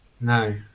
no